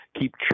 keep